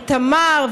את תמר,